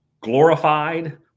glorified